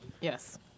yes